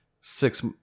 six